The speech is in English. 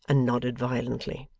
and nodded violently.